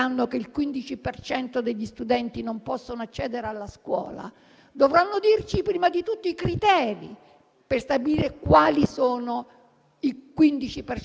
cento di studenti che non accederanno a scuola o verranno mandati in un teatro o per cui si aprirà una sorta di circo-tenda fuori dalla scuola.